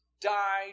died